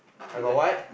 I got what